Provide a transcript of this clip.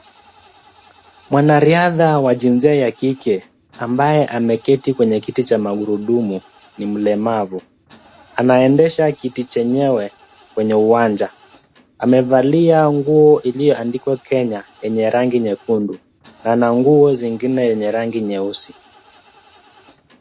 Mwanariadha wa jinsia ya kike, ambaye ameketi kwenye kiti cha magurudumu, ni mlemavu. Anaendesha kiti chenyewe kwenye uwanja, amevalia nguo iliyoandikwa Kenya, yenye rangi nyekundu, na ana nguo zingine yenye rangi nyeusi.